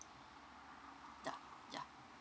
ya ya